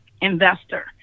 investor